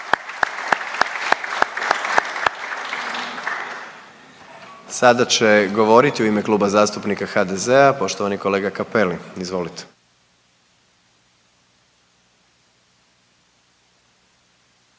Sada će govoriti u ime Kluba zastupnika HDZ-a poštovani kolega Cappelli, izvolite.